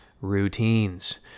routines